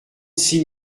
six